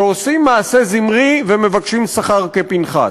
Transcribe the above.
שעושים מעשה זמרי ומבקשים שכר כפנחס.